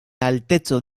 alteco